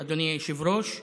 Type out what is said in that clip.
אדוני היושב-ראש.